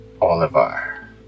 Oliver